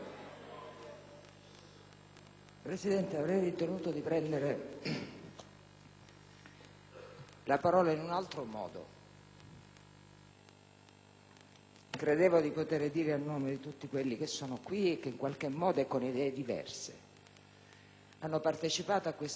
la parola in un altro modo. Credevo di poter dire, a nome di tutti quelli che sono qui e che in qualche modo, con idee diverse, hanno partecipato alla discussione in quest'Aula, nella Conferenza dei Capigruppo e sui giornali,